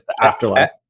afterlife